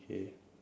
okay